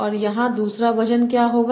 तो यहां दूसरा वजन क्या होगा